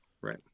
right